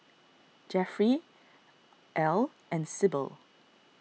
Jeffry Al and Sybil